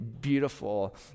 beautiful